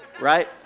right